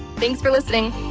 thanks for listening!